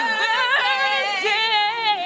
birthday